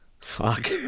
fuck